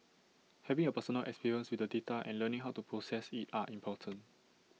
having A personal experience with the data and learning how to process IT are important